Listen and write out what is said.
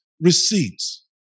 receipts